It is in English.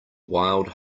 wild